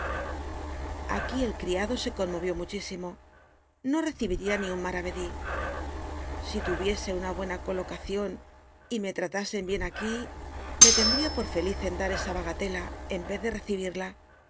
aquí el criado se conmoyió mu chísimo no rccibhia ni un maravedí si luyicsc una buena colocacion y me tratasen bien aquí me tendtia por feliz en dat esa bagatela en yez de recibirla